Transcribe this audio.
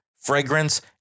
fragrance